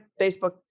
Facebook